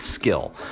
Skill